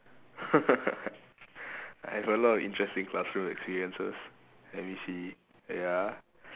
I have a lot of interesting classroom experiences let me see wait ah